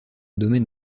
domaine